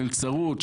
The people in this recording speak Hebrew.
מלצרות,